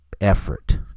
effort